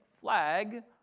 flag